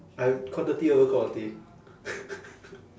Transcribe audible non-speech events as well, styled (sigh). I quantity over quality (laughs)